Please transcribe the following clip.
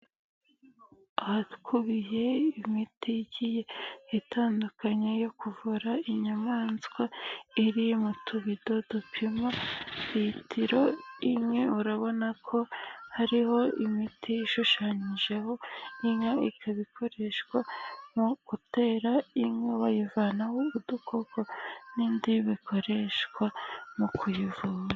Ahakubiye imitiki itandukanye yo kuvura inyamaswa iri mu tuvido dupima litiro imwe, urabona ko hariho imiti ishushanyijeho ikaba ikoreshwa mu gutera inka bayivanaho udukoko n'indi ikoreshwa mu kuyivura.